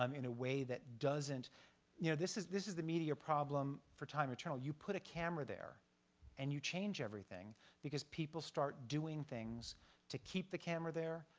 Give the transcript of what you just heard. um in a way that doesn't you know this is this is the media problem for time eternal. you put a camera there and you change everything because people start doing things to keep the camera there,